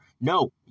No